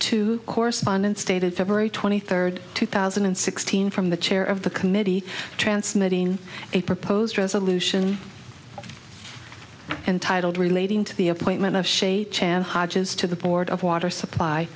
two correspondents stated february twenty third two thousand and sixteen from the chair of the committee transmitting a proposed resolution untitled relating to the appointment of shape chair hodges to the board of water supply